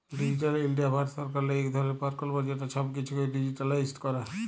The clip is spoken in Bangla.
ডিজিটাল ইলডিয়া ভারত সরকারেরলে ইক ধরলের পরকল্প যেট ছব কিছুকে ডিজিটালাইস্ড ক্যরে